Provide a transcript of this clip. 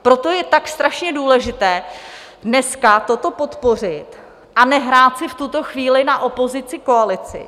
Proto je tak strašně důležité dneska toto podpořit a nehrát si v tuto chvíli na opozicikoalici.